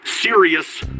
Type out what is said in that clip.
serious